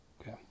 Okay